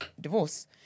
divorce